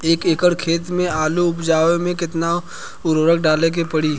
एक एकड़ खेत मे आलू उपजावे मे केतना उर्वरक डाले के पड़ी?